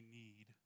need